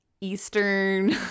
Eastern